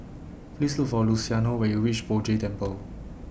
Please Look For Luciano when YOU REACH Poh Jay Temple